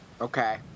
Okay